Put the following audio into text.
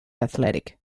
athletic